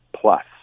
Plus